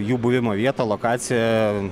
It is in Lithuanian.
jų buvimo vietą lokaciją